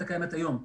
הרכבת הפועלת היום,